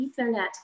ethernet